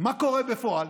מה קורה בפועל?